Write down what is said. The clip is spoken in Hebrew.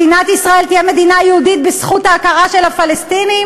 מדינת ישראל תהיה מדינה יהודית בזכות ההכרה של הפלסטינים?